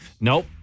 Nope